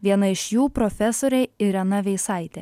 viena iš jų profesorė irena veisaitė